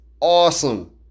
awesome